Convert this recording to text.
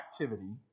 activity